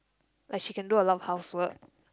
like she can do a lot of housework